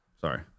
Sorry